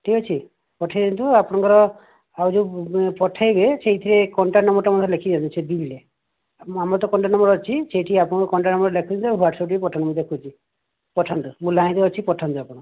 ଠିକ୍ ଅଛି ପଠେଇ ଦିଅନ୍ତୁ ଆପଣଙ୍କର ଆଉ ଯୋଉ ପଠେଇବେ ସେଇଥିରେ କଣ୍ଟାକ୍ ନମ୍ବର୍ଟା ମଧ୍ୟ ଲେଖି ଦିଅନ୍ତୁ ସେ ବିଲ୍ରେ ମୋ ଆମର ତ କଣ୍ଟାକ୍ ନମ୍ବର୍ ଅଛି ସେଇଠି ଆପଣ କଣ୍ଟାକ୍ ନମ୍ବର୍ ଲେଖିଦିଅ ହ୍ଵାଟସପ୍ ବି ପଠାନ୍ତୁ ମୁଁ ଦେଖୁଛି ପଠାନ୍ତୁ ମୁଁ ଲାଇନ୍ରେ ଅଛି ପଠାନ୍ତୁ ଆପଣ